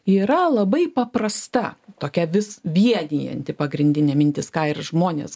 yra labai paprasta tokia vis vienijanti pagrindinė mintis ką ir žmonės